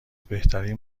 بهترین